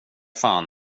fan